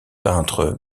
peintres